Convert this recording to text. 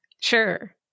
Sure